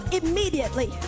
immediately